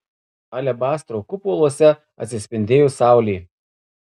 alebastro kupoluose atsispindėjo saulė